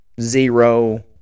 zero